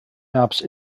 maps